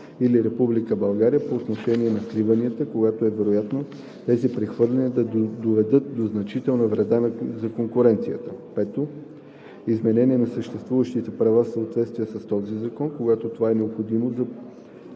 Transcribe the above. България по отношение на сливанията, когато е вероятно тези прехвърляния да доведат до значителна вреда за конкуренцията; 5. изменение на съществуващите права в съответствие с този закон, когато това е необходимо за